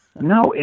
No